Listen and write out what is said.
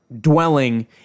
dwelling